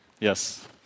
Yes